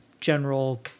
general